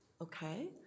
Okay